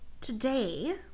today